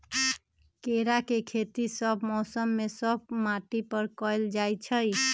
केराके खेती सभ मौसम में सभ माटि में कएल जाइ छै